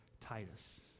Titus